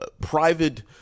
private